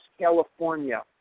California